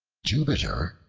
jupiter,